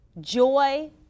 Joy